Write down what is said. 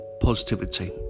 positivity